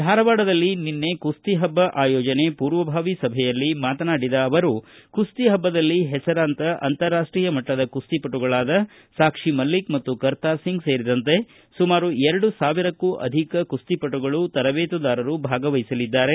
ಧಾರವಾಡದಲ್ಲಿ ನಿನ್ನೆ ಕುಸ್ತಿ ಪಬ್ಬ ಆಯೋಜನೆ ಮೂರ್ವಭಾವಿ ಸಭೆಯಲ್ಲಿ ಮಾತನಾಡಿದ ಅವರು ಕುಸ್ತಿ ಪಬ್ಲದಲ್ಲಿ ಪೆಸರಾಂತ ಅಂತಾರಾಷ್ಷೀಯ ಮಟ್ಟದ ಕುತ್ತಿಪಟುಗಳಾದ ಸಾಕ್ಷಿ ಮಲ್ಲಿಕ್ ಮತ್ತು ಕರ್ತಾರ್ ಸಿಂಗ್ ಸೇರಿದಂತೆ ಸುಮಾರು ಎರಡು ಸಾವಿರಕ್ಕೂ ಅಧಿಕ ಕುಸ್ತಿಪಟುಗಳು ತರಬೇತಿದಾರರು ಭಾಗವಹಿಸಲಿದ್ದಾರೆ